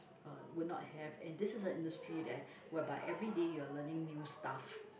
uh would not have and this is the industry that whereby everyday you are learning new stuff